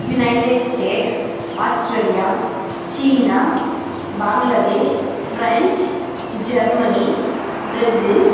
united state Australia China Bangladesh French Germany Brazil